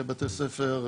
מנהלי בתי ספר,